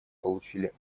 получили